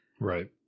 Right